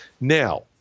Now